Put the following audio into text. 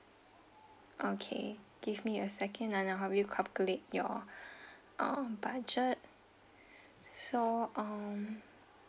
okay give me a second then I help you calculate your um budget so um